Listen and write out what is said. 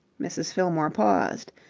mrs. fillmore paused.